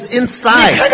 inside